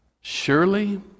Surely